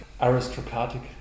aristocratic